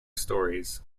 stories